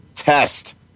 Test